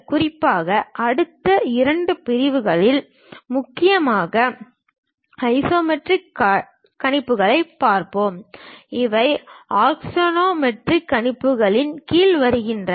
குறிப்பாக அடுத்த இரண்டு பிரிவுகளில் முக்கியமாக ஐசோமெட்ரிக் கணிப்புகளைப் பார்ப்போம் இவை ஆக்சோனோமெட்ரிக் கணிப்புகளின் கீழ் வருகின்றன